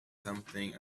something